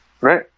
right